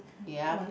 yeap